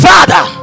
Father